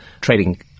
trading